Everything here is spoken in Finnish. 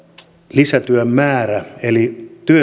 lisätyön määrä lisääntyy eli